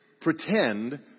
pretend